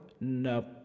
No